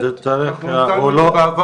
שאנחנו עובדים איתם.